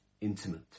intimate